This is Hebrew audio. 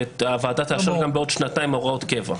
שהוועדה תאשר גם בעוד שנתיים הוראות קבע.